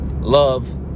love